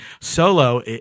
solo